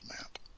map